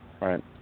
right